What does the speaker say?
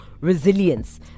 resilience